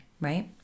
Right